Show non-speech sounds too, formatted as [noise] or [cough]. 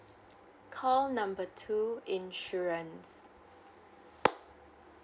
call number two insurance [noise]